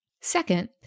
Second